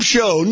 Show